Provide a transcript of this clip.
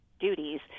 duties